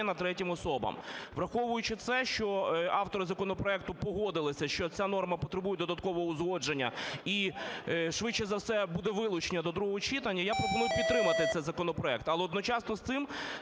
третім особам. Враховуючи це, що автори законопроекту погодилися, що ця норма потребує додаткового узгодження і, швидше за все, буде вилучення до другого читання, я пропоную підтримати цей законопроект. Але одночасно із цим